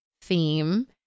theme